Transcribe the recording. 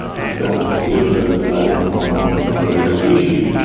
is don't give them milk from some other species,